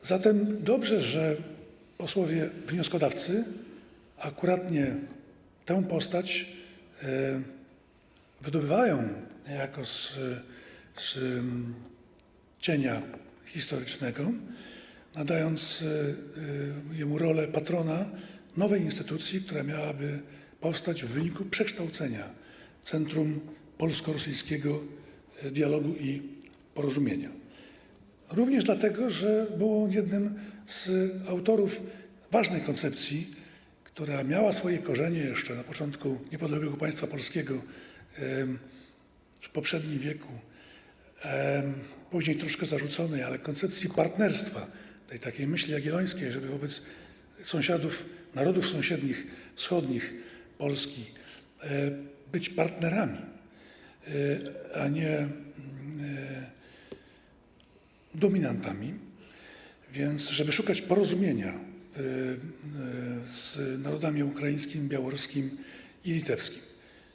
A zatem dobrze, że posłowie wnioskodawcy akurat tę postać wydobywają niejako z cienia historycznego, nadając jej rolę patrona nowej instytucji, która miałaby powstać w wyniku przekształcenia Centrum Polsko-Rosyjskiego Dialogu i Porozumienia, również dlatego, że był on jednym z autorów ważnej koncepcji, która miała swoje korzenie jeszcze na początku niepodległego państwa polskiego, w poprzednim wieku, później troszkę zarzuconej, koncepcji partnerstwa, tej takiej myśli jagiellońskiej, żeby wobec sąsiadów, sąsiednich narodów wschodnich Polski być partnerami, a nie dominantami, żeby szukać porozumienia z narodami ukraińskim, białoruskim i litewskim.